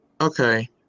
Okay